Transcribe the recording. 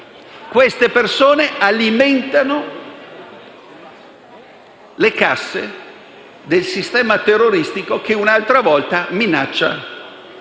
Queste persone alimentano le casse del sistema terroristico che minaccia